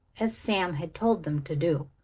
as sam had told them to do.